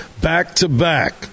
back-to-back